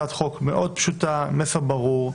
הצעת חוק מאוד פשוטה, מסר ברור.